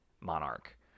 monarch